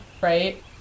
right